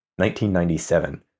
1997